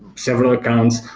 several accounts.